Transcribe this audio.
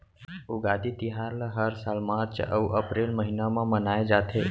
उगादी तिहार ल हर साल मार्च अउ अपरेल महिना म मनाए जाथे